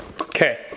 Okay